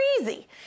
easy